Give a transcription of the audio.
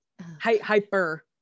Hyper